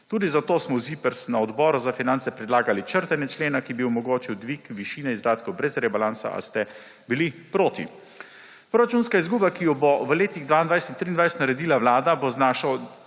Tudi zato smo v ZIPRS na Odboru za finance predlagali črtanje člena, ki bi omogočil dvig višine izdatkov brez rebalansa, a ste bili proti. Proračunska izguba, ki jo bo v letih 2022 in 2023 naredila Vlada, bo znašal